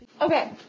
okay